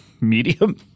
medium